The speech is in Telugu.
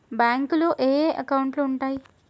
బ్యాంకులో ఏయే అకౌంట్లు ఉంటయ్?